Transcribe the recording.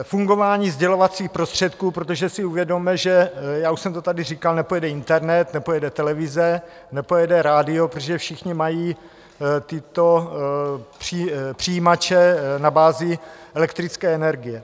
Fungování sdělovacích prostředků, protože si uvědomme, já už jsem to tady říkal, že nepojede internet, nepojede televize, nepojede rádio, protože všichni mají tyto přijímače na bázi elektrické energie.